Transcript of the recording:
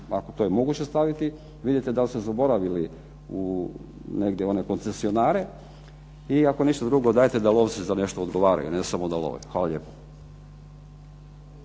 ako je to moguće staviti, vidite da li ste zaboravili negdje one koncesionare, i ako ništa druge dajte da lovci za nešto odgovaraju ne samo da love. Hvala lijepo.